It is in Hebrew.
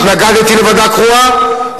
התנגדתי לוועדה קרואה,